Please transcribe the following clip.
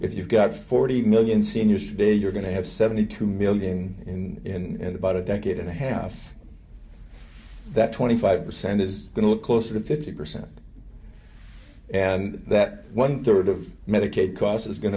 if you've got forty million seniors today you're going to have seventy two million in about a decade and a half that twenty five percent is going to look closer to fifty percent and that one third of medicaid cost is going